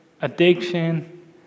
addiction